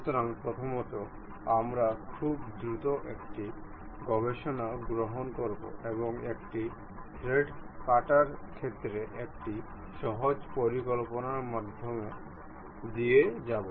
সুতরাং প্রথমত আমরা খুব দ্রুত একটি গবেষণা গ্রহণ করবো এবং একটি থ্রেড কাটার ক্ষেত্রে একটি সহজ পরিকল্পনার মধ্য দিয়ে যাব